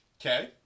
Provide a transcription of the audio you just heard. Okay